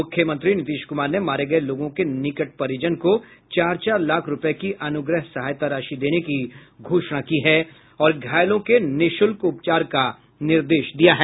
मुख्यमंत्री नीतीश कुमार ने मारे गए लोगों के निकट परिजन को चार चार लाख रुपये की अनुग्रह सहायता राशि देने की घोषणा की है और घायलों के निः शुल्क उपचार का निर्देश दिया है